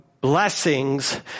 blessings